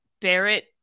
Barrett